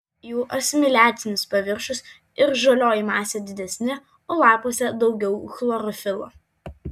jų asimiliacinis paviršius ir žalioji masė didesni o lapuose daugiau chlorofilo